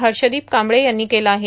हर्षदीप कांबळे यांनी केलं आहे